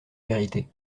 vérité